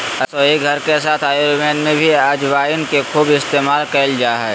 रसोईघर के साथ आयुर्वेद में भी अजवाइन के खूब इस्तेमाल कइल जा हइ